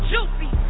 Juicy